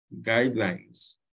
guidelines